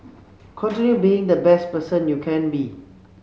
continue being the best person you can be